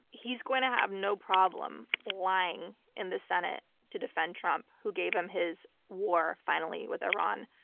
he's going to have no problem lying in the senate to defend trump, who gave him his war finally with iran.